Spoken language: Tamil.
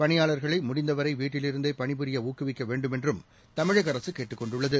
பணியாளர்களைமுடிந்தவரைவீட்டிலிருந்தேபணி புரியஊக்குவிக்கவேண்டுமென்றும் தமிழகஅரசுகேட்டுக் கொண்டுள்ளது